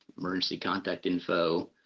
emergency contact info,